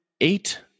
eight